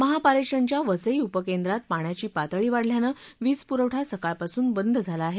महापारेषणच्या वसई उपकेंद्रात पाण्याची पातळी वाढल्यानं वीजपुरवठा सकाळपासून बंद केला आहे